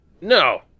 No